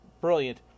brilliant